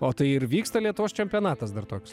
o tai ir vyksta lietuvos čempionatas dar toks